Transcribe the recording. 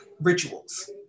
rituals